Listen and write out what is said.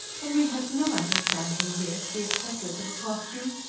henry has no understanding, dear, for the etceteras of a costume.